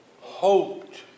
hoped